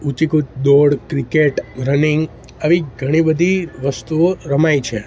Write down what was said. ઊંચી કૂદ દોડ ક્રિકેટ રનિંગ આવી ઘણી બધી વસ્તુઓ રમાય છે